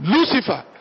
Lucifer